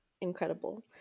incredible